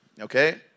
okay